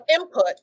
input